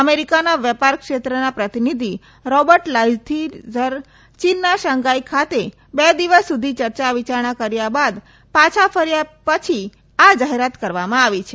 અમેરિકાના વેપાર ક્ષેત્રના પ્રતિનિધિ રોબર્ટ લાઈથીઝર ચીનના શાંધાઈ ખાતે બે દિવસ સુધી ચર્ચા વિચારણા કર્યા બાદ પાછા ફર્યા પછી આ જાહેરાત કરવામાં આવી છે